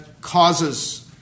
causes